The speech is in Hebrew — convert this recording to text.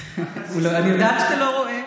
אני יודעת שאתה לא רואה.